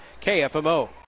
KFMO